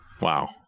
Wow